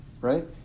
right